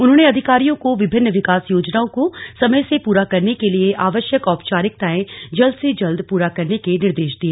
उन्होंने अधिकारियों को विभिन्न विकास योजनाओं को समय से पूरा करने के लिए आवश्यक औपचारिकताएं जल्द से जल्द पूरा करने के निर्देश दिए